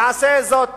יעשה זאת